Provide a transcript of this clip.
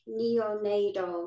neonatal